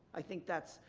i think that's.